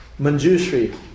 Manjushri